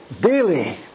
daily